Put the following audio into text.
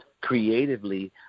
creatively